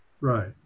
Right